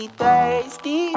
thirsty